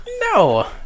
No